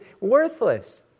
worthless